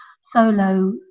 solo